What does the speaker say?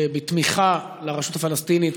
כתמיכה לרשות הפלסטינית,